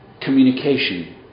communication